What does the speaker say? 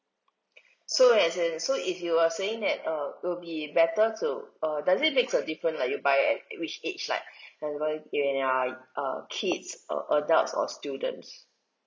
so as in so if you are saying that uh will be better to uh does it makes a different like you buy at which age like when you are uh kids or adults or students